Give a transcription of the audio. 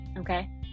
okay